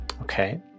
Okay